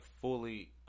fully